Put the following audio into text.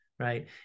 Right